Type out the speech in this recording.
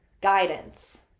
Guidance